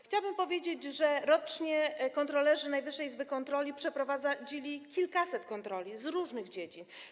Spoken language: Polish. Chciałabym powiedzieć, że rocznie kontrolerzy Najwyższej Izby Kontroli przeprowadzili kilkaset kontroli z różnych dziedzin.